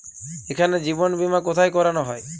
এখানে জীবন বীমা কোথায় করানো হয়?